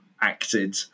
acted